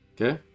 Okay